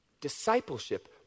Discipleship